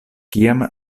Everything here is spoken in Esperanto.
kiam